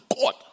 God